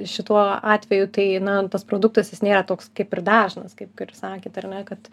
šituo atveju tai na tas produktas jis nėra toks kaip ir dažnas kaip ir sakėt ar ne kad